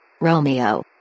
Romeo